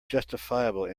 justifiable